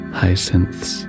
hyacinths